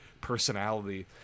personality